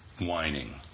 whining